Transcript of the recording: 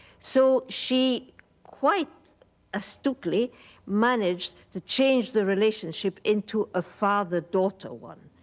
so she quite astutely managed to change the relationship into a father-daughter one.